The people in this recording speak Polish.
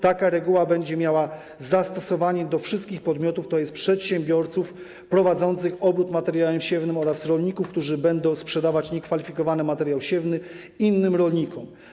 Taka reguła będzie miała zastosowanie do wszystkich podmiotów, tj. przedsiębiorców prowadzących obrót materiałem siewnym oraz rolników, którzy będą sprzedawać niekwalifikowany materiał siewny innym rolnikom.